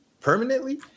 permanently